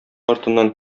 артыннан